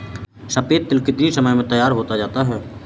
सफेद तिल कितनी समय में तैयार होता जाता है?